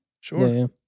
Sure